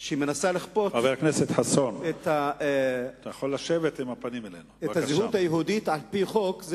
שמנסה לכפות את הזהות היהודית על-פי חוק,